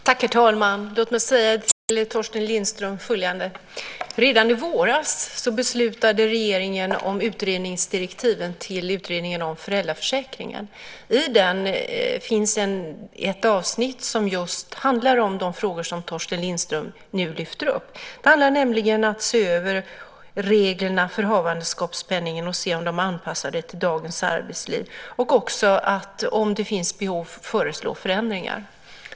Herr talman! Låt mig säga till Torsten Lindström följande. Redan i våras beslutade regeringen om utredningsdirektiven till utredningen om föräldraförsäkringen. I det finns ett avsnitt som just handlar om de frågor som Torsten Lindström nu lyfter upp. Det handlar om att se över reglerna för havandeskapspenningen och se om de är anpassade till dagens arbetsliv och också, om det finns behov, föreslå förändringar.